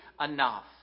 enough